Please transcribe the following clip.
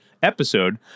episode